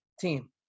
team